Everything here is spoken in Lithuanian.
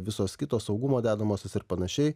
visos kitos saugumo dedamosios ir panašiai